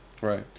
Right